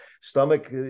stomach